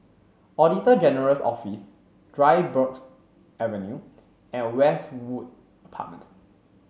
Auditor General's Office Dryburgh Avenue and Westwood Apartments